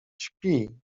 śpi